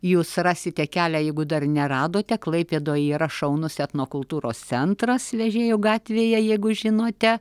jūs rasite kelią jeigu dar neradote klaipėdoj yra šaunus etnokultūros centras vežėjų gatvėje jeigu žinote